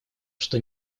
что